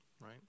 right